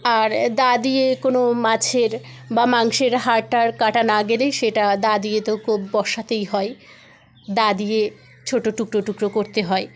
আর দা দিয়ে কোনো মাছের বা মাংসের হাড়টার কাটা না গেলে সেটা দা দিয়ে তো কোপ বসাতেই হয় দা দিয়ে ছোটো টুকরো টুকরো করতে হয়